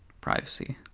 privacy